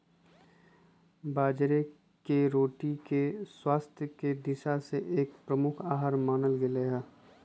बाजरे के रोटी के स्वास्थ्य के दिशा से एक प्रमुख आहार मानल गयले है